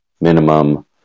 minimum